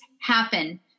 happen